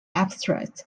abstract